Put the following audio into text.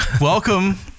welcome